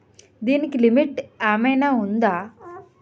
దీనికి లిమిట్ ఆమైనా ఉందా?